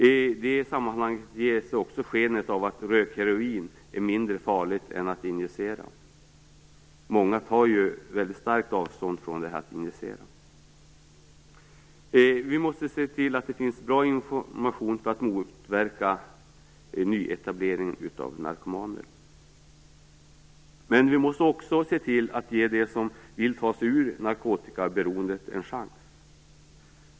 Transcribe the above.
I det sammanhanget ges också ett sken av att rökheroinet är mindre farligt än att injicera - många tar ju väldigt starkt avstånd från att injicera. Vi måste se till att det finns bra information för att motverka nyetablering av narkomaner. Men vi måste också se till att ge dem som vill ta sig ur narkotikaberoendet en chans.